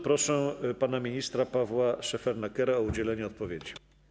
Proszę pana ministra Pawła Szefernakera o udzielenie odpowiedzi.